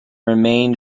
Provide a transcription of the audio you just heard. remained